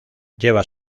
lleva